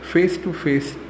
Face-to-face